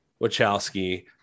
Wachowski